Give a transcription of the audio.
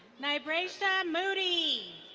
nibraisha and moody.